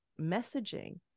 messaging